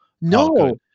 No